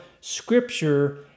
Scripture